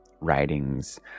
writings